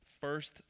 first